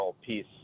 piece